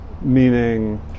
Meaning